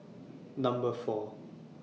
Number four